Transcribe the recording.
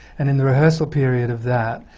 and in the rehearsal period of that,